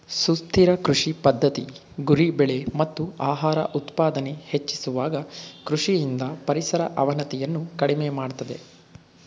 ಸುಸ್ಥಿರ ಕೃಷಿ ಪದ್ಧತಿ ಗುರಿ ಬೆಳೆ ಮತ್ತು ಆಹಾರ ಉತ್ಪಾದನೆ ಹೆಚ್ಚಿಸುವಾಗ ಕೃಷಿಯಿಂದ ಪರಿಸರ ಅವನತಿಯನ್ನು ಕಡಿಮೆ ಮಾಡ್ತದೆ